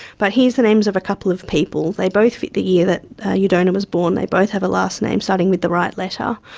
but here's the names of a couple of people, they both fit the year that your donor was born, they both have a last name starting with the right letter.